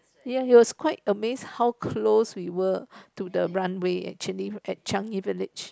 ya he was quite amazed how close we were to the runway actually at Changi Village